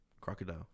Crocodile